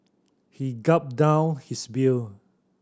he gulped down his beer